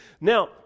Now